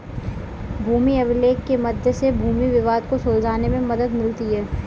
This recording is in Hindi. भूमि अभिलेख के मध्य से भूमि विवाद को सुलझाने में मदद मिलती है